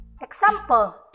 Example